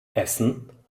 essen